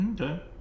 okay